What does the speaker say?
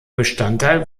bestandteil